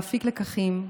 להפיק לקחים,